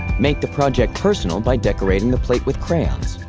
make the project personal by decorating the plate with crayons.